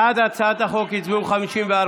בעד הצעת החוק הצביעו 55,